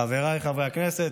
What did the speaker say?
חבריי חברי הכנסת,